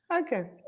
Okay